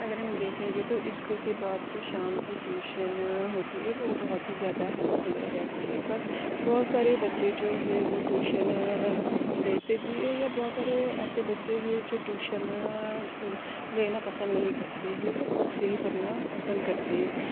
اگر ہم دیکھیں گے تو اسکول کے بعد جو شام کی ٹیوشن ہوتی ہے وہ بہت ہی زیادہ ہیلپ فل رہتی ہے بٹ بہت سارے بچے جو ہیں وہ ٹیوشن لیتے بھی ہیں یا بہت سارے ایسے بچے ہیں جو ٹیوشن لینا پسند نہیں کرتے ہیں وہ خود سے ہی پڑھنا پسند کرتے ہیں